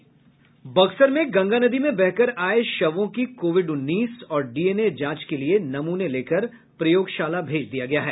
बक्सर में गंगा नदी में बहकर आये शवो की कोविड उन्नीस और डीएनए जांच के लिए नमूने लेकर प्रयोगशाला भेज दिये गये हैं